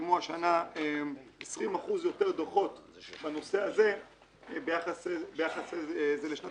נרשמו השנה כ-20% יותר דוחות בנושא הזה ביחס לשנת